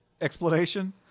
explanation